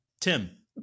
Tim